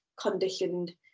conditioned